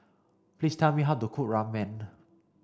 please tell me how to cook Ramyeon